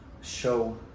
show